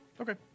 Okay